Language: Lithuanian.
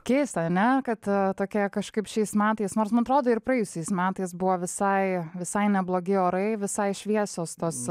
keista ane kad tokia kažkaip šiais metais nors man atrodo ir praėjusiais metais buvo visai visai neblogi orai visai šviesios tos